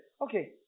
okay